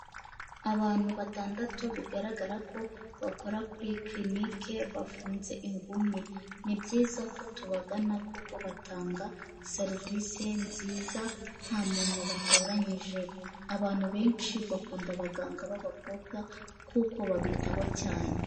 Abantu batandatu bigaragara ko bakora kuri clinic bafunze ingumi. Ni byiza ko tubagana kuko batanga serivisi nziza nta muntu batoranyije, abantu benshi bakunda abaganga b'abakobwa kuko babitaho cyane.